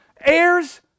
heirs